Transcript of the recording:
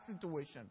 situation